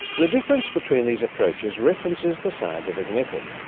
the difference between these approaches references the scientific method.